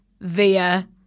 Via